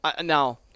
now